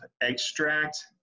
extract